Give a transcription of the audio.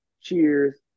Cheers